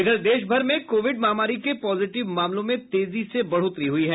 इधर देश भर में कोविड महामारी के पॉजिटिव मामलों में तेजी से बढ़ोत्तरी हुई है